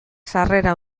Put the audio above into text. sarrera